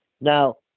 now